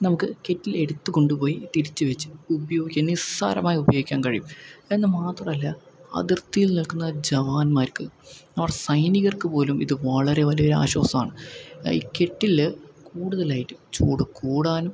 നമുക്ക് കെറ്റിൽ എടുത്തു കൊണ്ടു പോയി തിരിച്ചു വച്ച് ഉപയോഗിക്കുന്ന നിസ്സാരമായി ഉപയോഗിക്കാൻ കഴിയും എന്ന് മാത്രമല്ല അതിർത്തിയിൽ നിൽക്കുന്ന ജവാൻമാർക്ക് ആ സൈനികർക്ക് പോലും ഇത് വളരെ വലിയൊരാശ്വാസമാണ് ഈ കെറ്റില് കൂടുതലായിട്ട് ചൂട്കൂടാനും